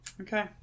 okay